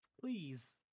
Please